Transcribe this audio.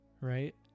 right